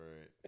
right